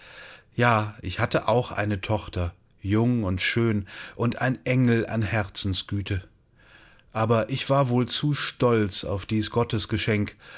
ja ich hatte auch eine tochter jung und schön und ein engel an herzensgüte aber ich war wohl zu stolz auf dies